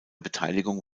beteiligung